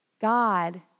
God